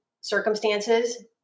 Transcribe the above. circumstances